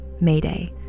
Mayday